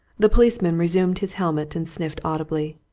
the policeman resumed his helmet and sniffed audibly.